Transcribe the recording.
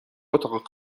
اتاق